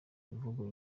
imvugo